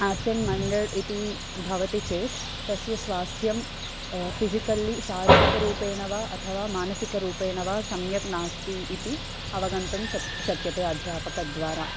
absent minded इति भवति चेत् तस्य स्वास्थ्यं फ़िसिकल्ली शारीरिकरूपेण वा अथवा मानसिकरूपेण वा सम्यक् नास्ति इति अवगन्तुं शक् शक्यते अध्यापकद्वारा